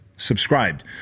subscribed